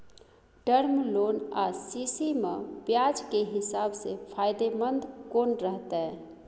Term loan आ CC म ब्याज के हिसाब से फायदेमंद कोन रहते?